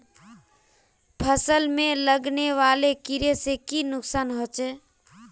फसल में लगने वाले कीड़े से की नुकसान होचे?